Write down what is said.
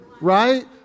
right